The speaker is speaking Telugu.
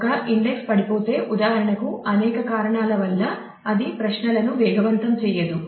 ఒక ఇండెక్స్ పడిపోతే ఉదాహరణకు అనేక కారణాల వల్ల ఇది ప్రశ్నలను వేగవంతం చేయదు